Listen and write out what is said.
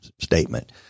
statement